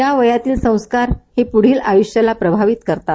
या वयातील संस्कार पुढील आयुष्याला प्रभावित करतात